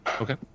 Okay